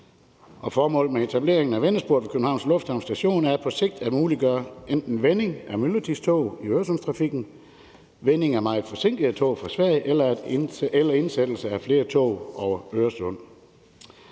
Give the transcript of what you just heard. formålet med etableringen af vendesporet ved Københavns Lufthavn Station er på sigt at muliggøre enten vending af myldretidstog i Øresundstrafikken, vending af meget forsinkede tog fra Sverige eller indsættelse af flere tog over Øresund.